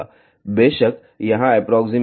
बेशक यहाँ एप्रोक्सीमेशन है कि r d